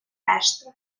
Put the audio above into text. решта